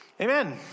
Amen